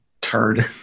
turd